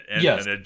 yes